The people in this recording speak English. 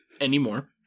anymore